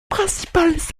principales